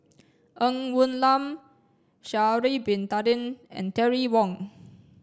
Ng Woon Lam Sha'ari Bin Tadin and Terry Wong